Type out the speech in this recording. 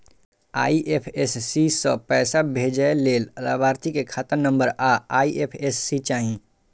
IFSC सं पैसा भेजै लेल लाभार्थी के खाता नंबर आ आई.एफ.एस.सी चाही